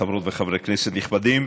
חברות וחברי כנסת נכבדים,